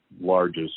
largest